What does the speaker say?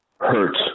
hurt